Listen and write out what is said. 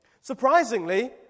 Surprisingly